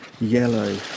yellow